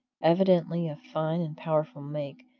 evidently of fine and powerful make,